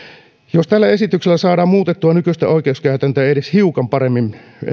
jos tällä esityksellä saadaan muutettua nykyistä oikeuskäytäntöä edes hiukan paremmin